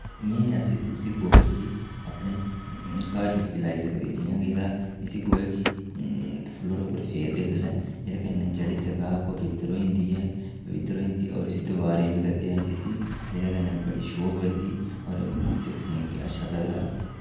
इयां ई अस इस इस्सी गोबर गी अपने घर बिच बी लाई सकदे जियां कि एह्दा इस्सी गोहे गी फ्लोर उप्पर फेरदे थल्लै एह्दे कन्नै जेह्ड़ी जगह् पवित्तर होई जंदी ऐ पवित्तर होई जंदी और इस दीवारें बी करदे अस इस्सी एह्दे कन्नै बड़ी शो बधदी और दिक्खने गी अच्छा लगदा